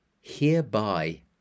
hereby